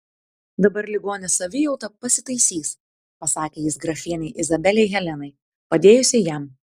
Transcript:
dabar ligonės savijauta pasitaisys pasakė jis grafienei izabelei helenai padėjusiai jam